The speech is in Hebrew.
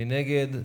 נגד?